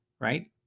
right